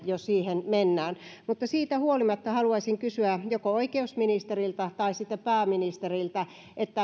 jos siihen mennään mutta siitä huolimatta haluaisin kysyä joko oikeusministeriltä tai sitten pääministeriltä